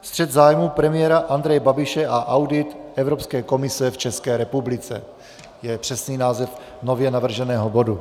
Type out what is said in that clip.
Střet zájmů premiéra Andreje Babiše a audit Evropské komise v České republice je přesný název nově navrženého bodu.